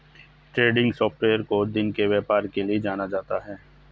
trending software को दिन के व्यापार के लिये जाना जाता है